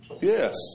Yes